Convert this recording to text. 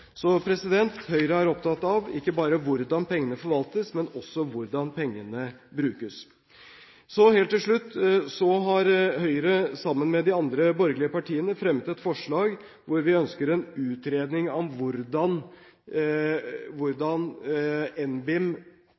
Så Høyre er ikke bare opptatt av hvordan pengene forvaltes, men også av hvordan pengene brukes. Helt til slutt: Høyre har, sammen med de andre borgerlige partiene, fremmet et forslag der vi ønsker en utredning om hvordan NBIM